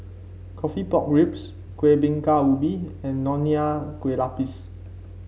coffee Pork Ribs Kueh Bingka Ubi and Nonya Kueh Lapis